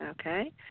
Okay